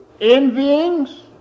envyings